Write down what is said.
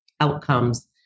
outcomes